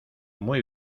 muy